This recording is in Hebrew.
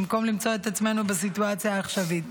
במקום למצוא את עצמנו בסיטואציה העכשווית,